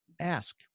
ask